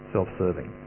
Self-serving